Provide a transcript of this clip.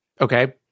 Okay